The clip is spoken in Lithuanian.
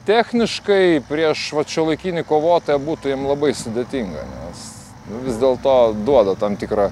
techniškai prieš vat šiuolaikinį kovotoją būtų jiem labai sudėtinga nes vis dėlto duoda tam tikrą